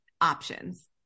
options